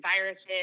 viruses